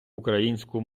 українську